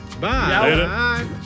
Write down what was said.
Bye